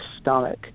stomach